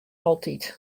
altyd